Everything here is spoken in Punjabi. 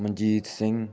ਮਨਜੀਤ ਸਿੰਘ